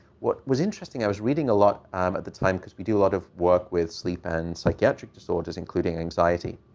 what's interesting, i was reading a lot um at the time, because we do a lot of work with sleep and psychiatric disorders including anxiety,